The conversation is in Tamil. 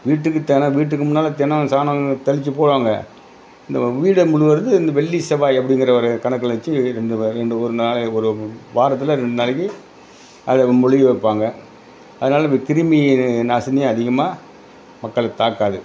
வீட்டுக்கு தினம் வீட்டுக்கு முன்னால் தினம் சாணம் தெளித்து போடுவாங்க இந்த வீட்ட மொழுவுறது இந்த வெள்ளி செவ்வாய் அப்படிங்குற ஒரு கணக்கில் வச்சி இது ரெண்டு வா ரெண்டு ஒரு நாள் ஒரு வா வாரத்தில் ரெண்டு நாளைக்கு அதை மொழுகி வைப்பாங்க அதனால் இப்போ கிருமிநாசினி அதிகமாக மக்களை தாக்காது